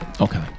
Okay